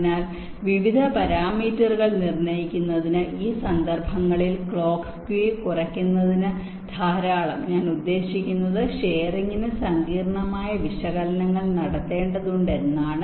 അതിനാൽ വിവിധ പാരാമീറ്ററുകൾ നിർണ്ണയിക്കുന്നതിന് ഈ സന്ദർഭങ്ങളിൽ ക്ലോക്ക് സ്കേവ് കുറയ്ക്കുന്നതിന് ധാരാളം ഞാൻ ഉദ്ദേശിക്കുന്നത് ഷെയറിങ്ങിനു സങ്കീർണ്ണമായ വിശകലനങ്ങൾ നടത്തേണ്ടതുണ്ട് എന്നാണ്